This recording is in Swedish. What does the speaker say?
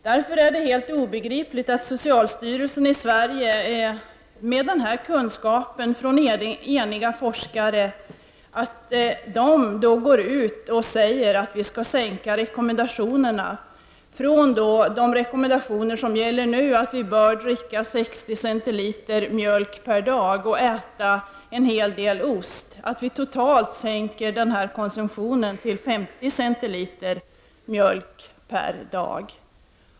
Därför är det helt obegripligt att socialstyrelsen i Sverige, med tillgång till den kunskap som finns hos eniga forskare, vill sänka den nuvarande rekommendationen, som säger att vi bör dricka 60 cl mjölk per dag och äta en hel del ost, och att vi i stället skall nöja oss med 50 cl mjölk per dag.